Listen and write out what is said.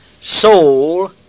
soul